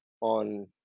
on